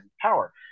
power